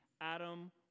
Adam